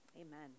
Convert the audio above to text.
Amen